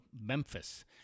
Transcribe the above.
Memphis